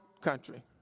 country